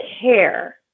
care